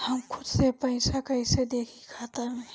हम खुद से पइसा कईसे देखी खाता में?